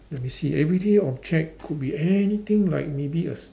let me see everyday object could be anything like maybe a s~